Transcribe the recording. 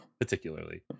particularly